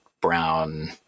brown